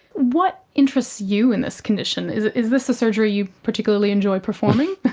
what interests you in this condition? is is this a surgery you particularly enjoy performing?